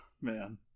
Man